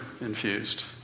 infused